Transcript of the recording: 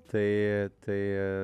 tai tai